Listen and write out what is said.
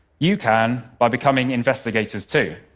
you can by becoming investigators, too.